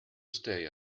stay